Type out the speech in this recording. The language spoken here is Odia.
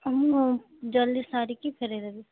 ମୁଁ ଜଲଦି ସାରିକି ଫେରେଇ ଦେବି